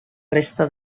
resta